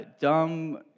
dumb